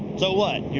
so what.